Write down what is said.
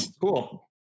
Cool